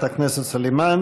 לחברת הכנסת סלימאן.